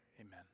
Amen